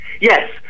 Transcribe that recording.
Yes